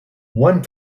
one